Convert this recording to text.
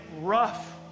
rough